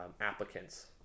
applicants